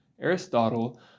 Aristotle